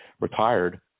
retired